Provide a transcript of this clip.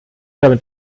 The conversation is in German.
damit